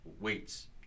weights